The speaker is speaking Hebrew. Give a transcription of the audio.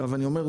אני אומר,